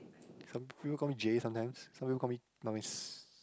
some people call me Jay sometimes some people call me Norwis